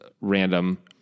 random